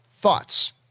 thoughts